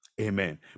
Amen